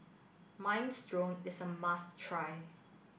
Minestrone is a must try